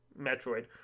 Metroid